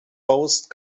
baust